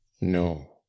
no